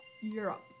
Europe